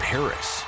Paris